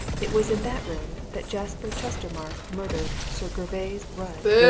it was in that room that jasper chestermarke murdered sir gervase rudd.